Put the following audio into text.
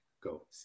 go